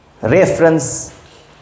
reference